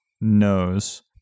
knows